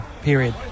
period